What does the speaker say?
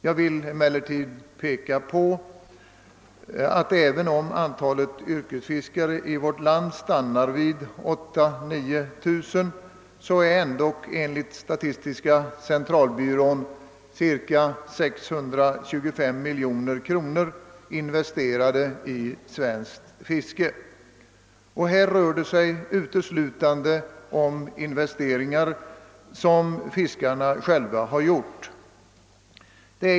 Jag vill emellertid framhålla, att även om antalet yrkesfiskare i vårt land stannar vid 8 000— 9 000, så är dock enligt statistiska centralbyrån cirka 625 miljoner kronor investerade i svenskt fiske. Här rör det sig uteslutande om investeringar som fiskarna själva har gjort.